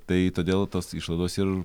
tai todėl tos išlaidos ir